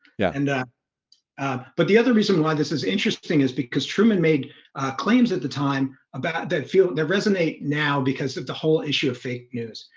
yeah, and but the other reason why this is interesting is because truman made ah claims at the time about that feel that resonate now because of the whole issue of fake news.